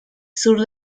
sur